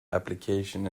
application